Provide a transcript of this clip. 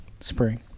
spring